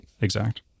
exact